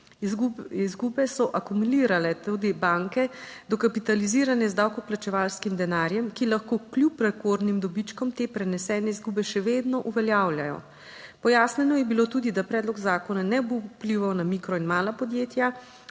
Izgube so akumulirale tudi banke, dokapitalizirane z davkoplačevalskim denarjem, ki lahko kljub rekordnim dobičkom te prenesene izgube še vedno uveljavljajo. Pojasnjeno je bilo tudi, da predlog zakona ne bo vplival na mikro in mala podjetja.